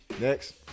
Next